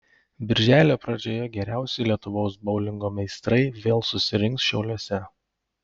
birželio pradžioje geriausi lietuvos boulingo meistrai vėl susirinks šiauliuose